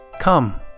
Come